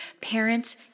Parents